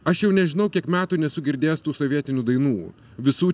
aš jau nežinau kiek metų nesu girdėjęs tų sovietinių dainų visų